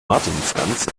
martinsgans